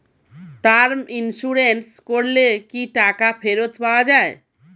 Term insurance করলে কি টাকা ফেরত পাওয়া যায়?